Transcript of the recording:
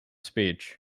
speech